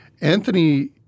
Anthony –